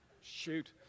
Shoot